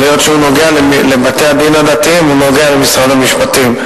אבל היות שהוא נוגע לבתי-הדין הדתיים הוא נוגע למשרד המשפטים,